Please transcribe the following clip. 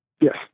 Yes